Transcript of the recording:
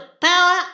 power